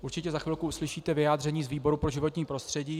Určitě za chvilku uslyšíte vyjádření z výboru pro životní prostředí.